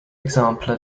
example